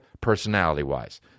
personality-wise